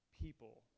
people